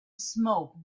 smoke